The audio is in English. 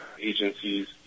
agencies